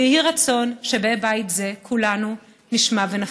ויהי רצון שבבית זה כולנו נשמע ונפנים.